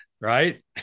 Right